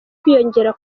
kwiyongera